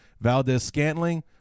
Valdez-Scantling